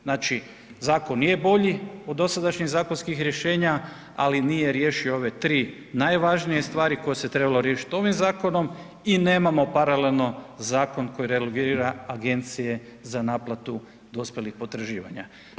Znači zakon je bolji od dosadašnjih zakonskih rješenja, ali nije riješio ove 3 najvažnije stvari koje se trebalo riješiti ovim zakonom i nemamo paralelno zakon koji …/nerazumljivo/… agencije za naplatu dospjelih potraživanja.